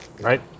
Right